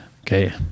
Okay